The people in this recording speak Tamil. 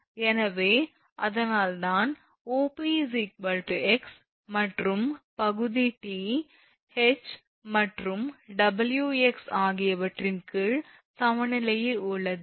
எனவே அதனால்தான் 𝑂𝑃 𝑥 மற்றும் பகுதி 𝑇 𝐻 மற்றும் 𝑊𝑥ஆகியவற்றின் கீழ் சமநிலையில் உள்ளது